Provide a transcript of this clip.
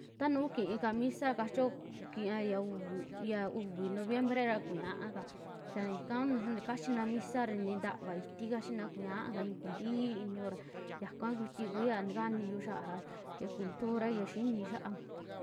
Ta nuu kiika misa kachio, kiia ya uvi- ya uvi noviembre ra kuñaaka xiaa ika kuu ya ika kua kachina misa ra nintava itii kachina kuñaaka i'i kuuntii inio ra yaka kuiti kuya ntikaniyu xia'a ya cultura ya xi'ini xiaa.